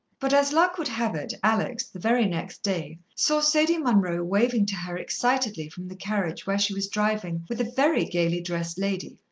but as luck would have it, alex, the very next day, saw sadie munroe waving to her excitedly from the carriage where she was driving with a very gaily-dressed lady,